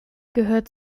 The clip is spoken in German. gehört